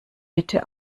bitte